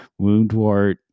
Woundwort